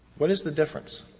what is the difference?